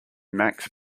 max